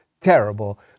terrible